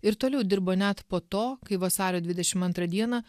ir toliau dirbo net po to kai vasario dvidešimt antrą dieną